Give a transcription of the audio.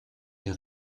est